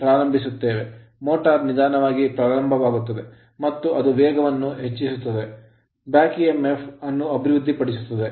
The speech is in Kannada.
Motor ಮೋಟರ್ ನಿಧಾನವಾಗಿ ಪ್ರಾರಂಭವಾಗುತ್ತದೆ ಮತ್ತು ಅದು ವೇಗವನ್ನು ಹೆಚ್ಚಿಸುತ್ತದೆ ಮತ್ತು back emf ಬ್ಯಾಕ್ ಇಎಂಎಫ್ ಅನ್ನು ಅಭಿವೃದ್ಧಿಪಡಿಸುತ್ತದೆ